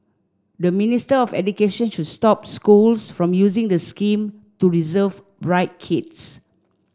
the Ministry of Education should stop schools from using the scheme to reserve bright kids